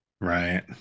Right